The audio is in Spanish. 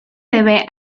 debe